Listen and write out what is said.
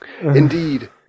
Indeed